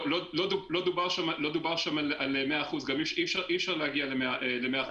לא דובר שם על 100%. גם אי אפשר להגיע ל-100% תוך חומש.